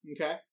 Okay